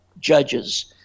judges